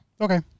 Okay